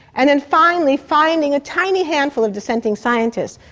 and then finally finding a tiny handful of dissenting scientists,